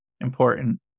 important